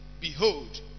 behold